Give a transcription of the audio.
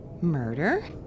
Murder